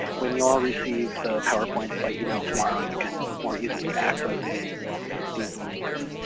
when you all receive the powerpoints by email tomorrow, you can more easily access these these links.